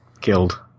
killed